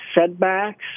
setbacks